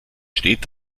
steht